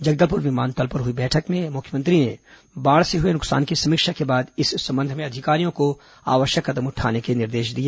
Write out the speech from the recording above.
जगदलपुर विमानतल पर हई बैठक में मुख्यमंत्री ने बाढ़ से हुए नुकसान की समीक्षा के बाद इस संबंध में अधिकारियों को आवश्यक कदम उठाने के निर्देश दिए